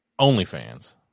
OnlyFans